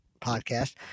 podcast